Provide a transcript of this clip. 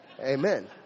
Amen